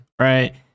right